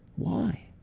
why?